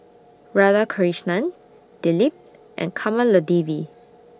Radhakrishnan Dilip and Kamaladevi